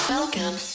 Welcome